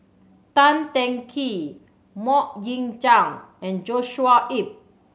Tan Teng Kee Mok Ying Jang and Joshua Ip